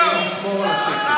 אני מבקש לשמור על השקט.